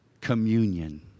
communion